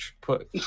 put